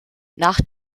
nach